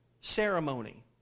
ceremony